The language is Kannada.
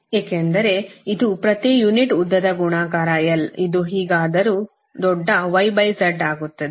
ಏಕೆಂದರೆ ಇದು ಪ್ರತಿ ಯೂನಿಟ್ ಉದ್ದದ ಗುಣಾಕಾರ l ಇದು ಹೇಗಾದರೂ ದೊಡ್ಡ YZ ಆಗುತ್ತದೆ